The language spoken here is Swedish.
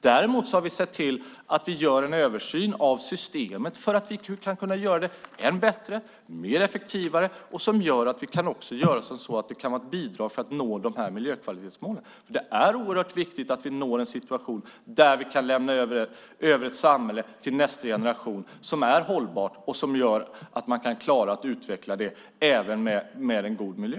Däremot har vi sett till att göra en översyn av systemet för att kunna göra det än bättre, mer effektivt, så att det också kan vara ett bidrag för att nå de här miljökvalitetsmålen. Det är oerhört vitigt att vi når en sådan situation att vi kan lämna över ett samhälle till nästa generation som är hållbart och som man kan klara att utveckla även med en god miljö.